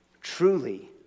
Truly